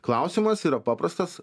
klausimas yra paprastas